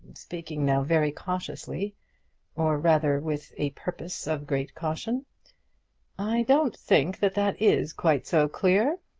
speaking now very cautiously or rather with a purpose of great caution i don't think that that is quite so clear.